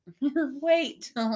Wait